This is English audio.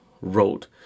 wrote